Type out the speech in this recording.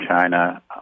China